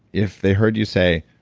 if they heard you say